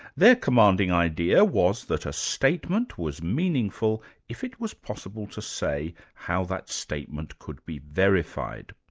their commanding idea was that a statement was meaningful if it was possible to say how that statement could be verified.